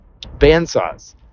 bandsaws